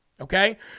okay